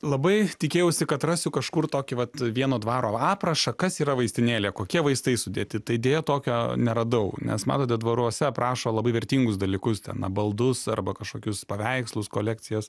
labai tikėjausi kad rasiu kažkur tokį vat vieno dvaro aprašą kas yra vaistinėlėje kokie vaistai sudėti tai deja tokio neradau nes matote dvaruose aprašo labai vertingus dalykus ten na baldus arba kažkokius paveikslus kolekcijas